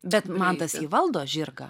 bet mantas jį valdo žirgą